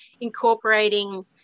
incorporating